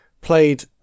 played